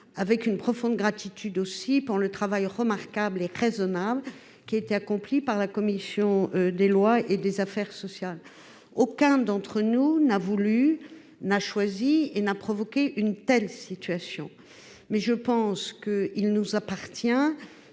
avec une profonde gratitude pour le travail remarquable et raisonnable qui a été accompli par nos commissions des lois et des affaires sociales. Aucun d'entre nous n'a voulu, n'a choisi, n'a provoqué une telle situation. Mais il nous appartient,